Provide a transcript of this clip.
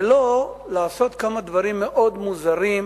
ולא לעשות כמה דברים מאוד מוזרים,